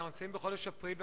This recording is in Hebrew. אנחנו בחודש אפריל,